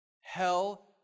Hell